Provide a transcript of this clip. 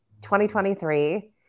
2023